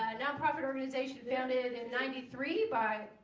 nonprofit organization founded in ninety three by